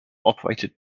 operated